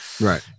right